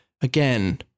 again